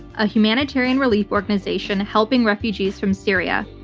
a humanitarian relief organization helping refugees from syria.